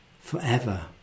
forever